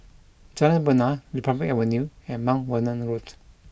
Jalan Bena Republic Avenue and Mount Vernon Road